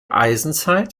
eisenzeit